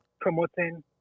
promoting